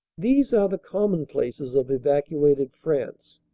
these are the commonplaces of evacuated france.